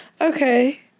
Okay